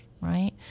right